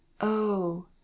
Oh